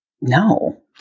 No